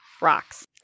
rocks